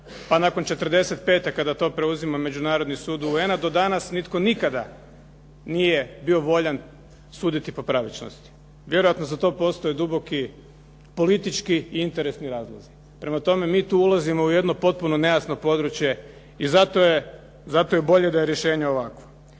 a nakon '45. kada to preuzima Međunarodni sud UN-a, do danas nitko nikada nije bio voljan suditi po pravičnosti. Vjerojatno za to postoje duboki politički i interesni razlozi. Prema tome, mi tu ulazimo u jedno potpuno nejasno područje i zato je bolje da je rješenje ovakvo.